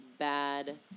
Bad